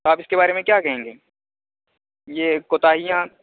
آپ اس کے بارے میں کیا کہیں گے یہ کوتاہیاں